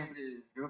is